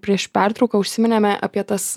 prieš pertrauką užsiminėme apie tas